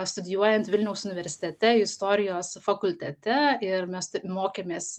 studijuojant vilniaus universitete istorijos fakultete ir mes mokėmės